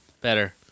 Better